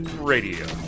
Radio